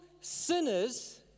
sinners